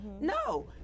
no